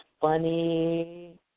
funny